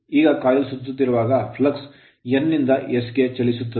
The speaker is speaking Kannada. ಈಗ coil ಕಾಯಿಲ್ ಸುತ್ತುತ್ತಿರುವಾಗ flux ಫ್ಲಕ್ಸ್ N ನಿಂದ S ಗೆ ಚಲಿಸುತ್ತದೆ